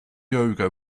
yoga